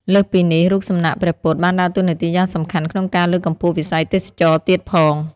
លើសពីនេះ រូបសំណាកព្រះពុទ្ធបានដើរតួនាទីយ៉ាងសំខាន់ក្នុងការលើកកម្ពស់វិស័យទេសចរណ៍ទៀតផង។